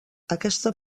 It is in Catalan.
aquesta